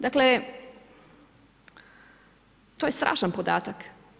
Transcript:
Dakle to je strašan podatak.